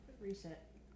Reset